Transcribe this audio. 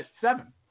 Seven